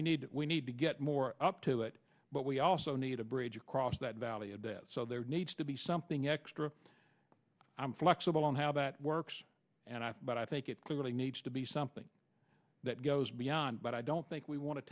we need we need to get more up to it but we also need a bridge across that valley of death so there needs to be something extra i'm flexible on how that works and i but i think it clearly needs to be something that goes beyond but i don't think we want to